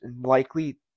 likely